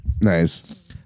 Nice